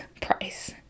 Price